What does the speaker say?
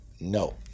no